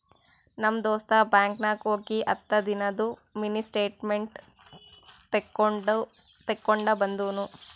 ನಮ್ ದೋಸ್ತ ಬ್ಯಾಂಕ್ ನಾಗ್ ಹೋಗಿ ಹತ್ತ ದಿನಾದು ಮಿನಿ ಸ್ಟೇಟ್ಮೆಂಟ್ ತೇಕೊಂಡ ಬಂದುನು